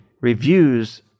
Reviews